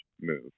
move